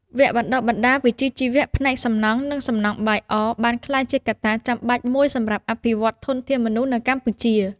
វគ្គបណ្តុះបណ្តាលវិជ្ជាជីវៈផ្នែកសំណង់ និងសំណង់បាយអរ បានក្លាយជាកត្តាចាំបាច់មួយសម្រាប់អភិវឌ្ឍធនធានមនុស្សនៅកម្ពុជា។